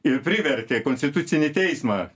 ir privertė konstitucinį teismą